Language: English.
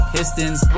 Pistons